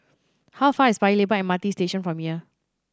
how far is Paya Lebar M R T Station from here